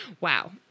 Wow